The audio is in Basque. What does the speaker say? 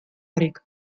barik